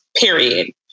period